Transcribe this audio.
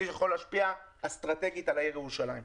שיכול להשפיע אסטרטגית על העיר ירושלים.